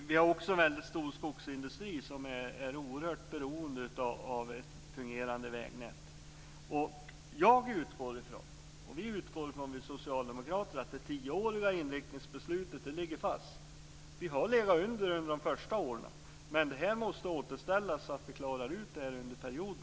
Vi har också en väldigt stor skogsindustri som är oerhört beroende av ett fungerade vägnät. Jag och vi socialdemokrater utgår ifrån att det tioåriga inriktningsbeslutet ligger fast. Vi har legat under målet de första åren. Men det måste återställas så att vi klarar det under perioden.